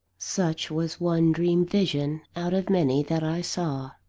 such was one dream-vision out of many that i saw.